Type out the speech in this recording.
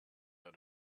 out